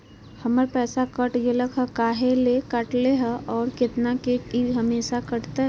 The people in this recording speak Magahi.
हमर पैसा कट गेलै हैं, काहे ले काटले है और कितना, की ई हमेसा कटतय?